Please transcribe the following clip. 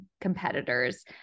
competitors